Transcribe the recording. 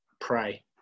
Pray